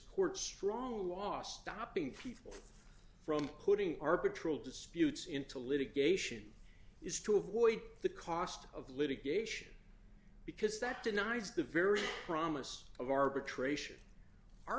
court strong last stopping people from putting our patrol disputes into litigation is to avoid the cost of litigation because that denies the very promise of arbitration our